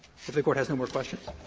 if the court has no more questions.